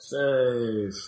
Save